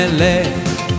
let